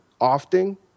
often